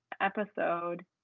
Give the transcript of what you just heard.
episode